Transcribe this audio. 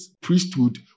priesthood